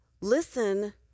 Listen